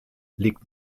liegt